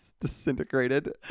disintegrated